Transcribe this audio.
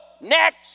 next